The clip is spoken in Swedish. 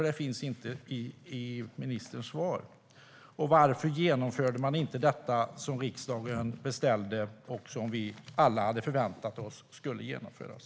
Det finns inte i ministerns svar. Varför genomförde man inte det som riksdagen beställde och som vi alla hade förväntat oss skulle genomföras?